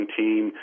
team